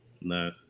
No